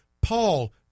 Paul